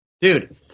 dude